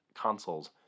consoles